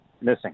missing